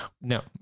No